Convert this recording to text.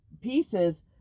pieces